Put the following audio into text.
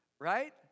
Right